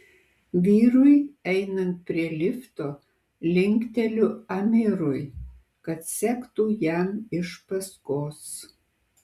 vyrui einant prie lifto linkteliu amirui kad sektų jam iš paskos